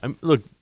Look